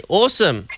awesome